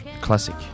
classic